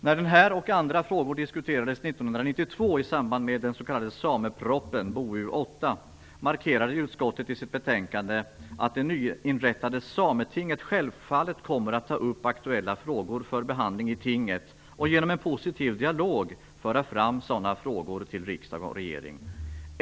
När denna och andra frågor diskuterades 1992 i samband med den s.k. samepropositionen och 1992/93:BoU8, markerade utskottet i sitt betänkande att det nyinrättade Sametinget självfallet kommer att ta upp aktuella frågor för behandling i tinget och genom en positiv dialog föra fram sådana frågor till riksdag och regering.